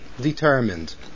determined